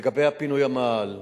לגבי פינוי המאהל,